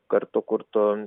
kartu kurtų